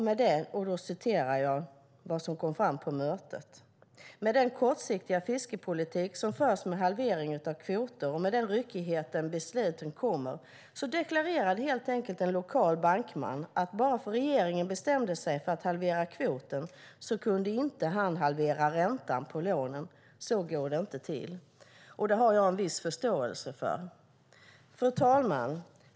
Vid mötet i förra veckan diskuterades den kortsiktiga fiskepolitik som förs med halvering av kvoter och den ryckighet som besluten kommer med, och en lokal bankman deklarerade att bara för att regeringen bestämmer sig för att halvera kvoten kan inte han halvera räntan på lånen, för så går det inte till. Det har jag en viss förståelse för. Fru talman!